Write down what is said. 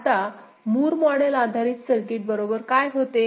आता Moore model आधारित circuit बरोबर काय होते